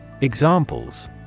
Examples